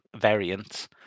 variants